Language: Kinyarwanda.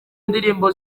ndirimbo